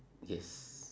yes